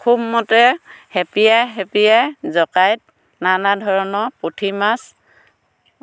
খুব মতে খেপিয়াই খেপিয়াই জকাইত নানা ধৰণৰ পুঠি মাছ